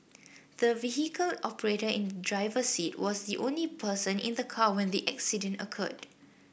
the vehicle operator in the driver's seat was the only person in the car when the accident occurred